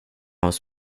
hos